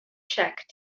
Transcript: check